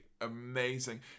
amazing